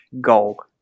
goal